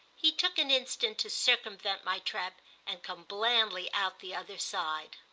he took an instant to circumvent my trap and come blandly out the other side.